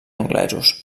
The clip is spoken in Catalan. anglesos